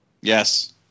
Yes